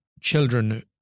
children